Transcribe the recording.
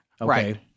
Right